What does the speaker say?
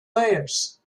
layers